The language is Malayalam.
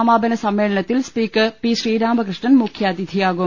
സമാപന സമ്മേളനത്തിൽ സ്പീക്കർ പി ശ്രീരാമകൃഷ്ണൻ മുഖ്യാതിഥിയാകും